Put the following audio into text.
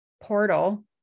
portal